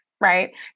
right